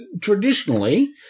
traditionally